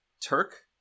Turk